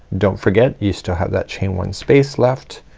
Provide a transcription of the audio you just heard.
don't forget, you still have that chain one space left